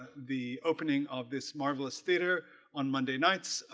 the opening of this marvelous theater on monday nights,